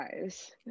guys